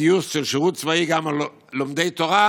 גיוס של שירות צבאי גם על לומדי תורה,